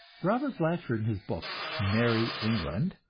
robert blatchford in his book, merrie england,